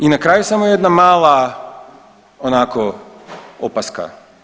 I na kraju samo jedna mala onako opaska.